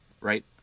right